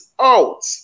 out